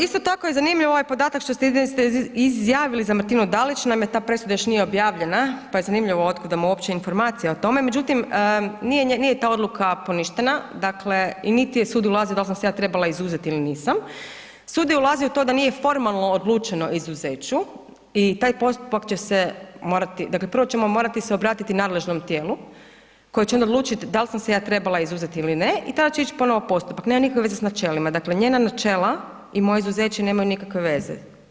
Isto tako je zanimljiv ovaj podatak što ste izjavili za Martinu Dalić, naime ta presuda još nije objavljena pa je zanimljivo od kuda vam uopće informacija o tome, međutim nije ta odluka poništena, dakle niti je sud ulazio dal sam se ja trebala izuzeti ili nisam, sud je ulazio u to da nije formalno odlučeno o izuzeću i taj postupak će se morati, dakle prvo ćemo morati se obratiti nadležnom tijelu, koje će onda odlučiti dal sam se ja trebala izuzet ili ne i tada će ić ponovo postupak, nema nikakve veze s načelima, dakle, njena načela i moje izuzeće nemaju nikakve veze.